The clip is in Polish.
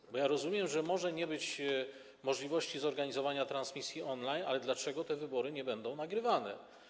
Bo ja rozumiem, że może nie być możliwości zorganizowania transmisji on-line, ale dlaczego te wybory nie będą nagrywane?